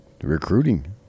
Recruiting